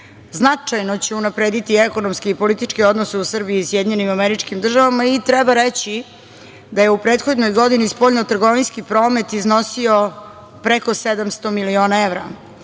Značajno će unaprediti ekonomske i političke odnose u Srbiji i SAD i treba reći da je u prethodnoj godini spoljno-trgovinski promet iznosio preko 700 miliona evra.